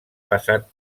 passat